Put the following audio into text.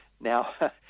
Now